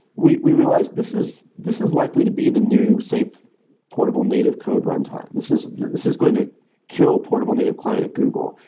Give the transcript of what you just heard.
we we realized, this is this is likely to be the new safe portable native code runtime. this is this is going to kill portable native client at google.